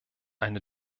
eine